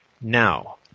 Now